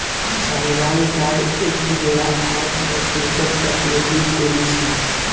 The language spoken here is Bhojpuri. साहीवाल गाय एक बेरा आठ दस लीटर तक ले दूध देली सन